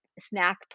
snack